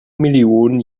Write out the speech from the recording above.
millionen